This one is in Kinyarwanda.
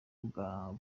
bwa